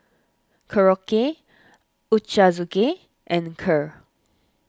Korokke Ochazuke and Kheer